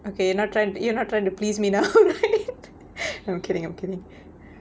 okay not trying you're not trying to please me now right I'm kidding I'm kidding